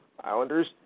Islanders